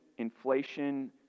inflation